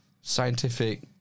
scientific